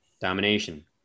domination